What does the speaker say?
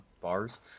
bars